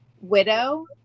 widow